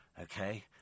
Okay